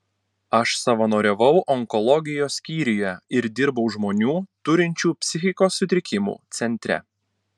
aš savanoriavau onkologijos skyriuje ir dirbau žmonių turinčių psichikos sutrikimų centre